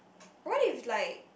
what if like